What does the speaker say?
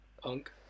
Punk